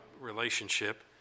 relationship